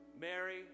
Mary